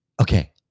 Okay